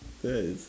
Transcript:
that is